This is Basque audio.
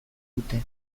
dute